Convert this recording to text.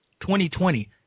2020